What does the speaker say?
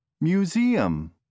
Museum